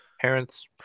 parents